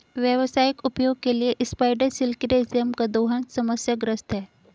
व्यावसायिक उपयोग के लिए स्पाइडर सिल्क के रेशम का दोहन समस्याग्रस्त है